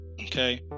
okay